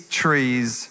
trees